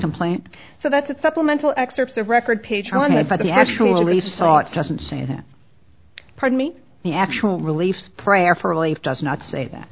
complaint so that's a supplemental excerpts of record patronized by the actual resaw it doesn't say that pardon me the actual relief prayer for relief does not say that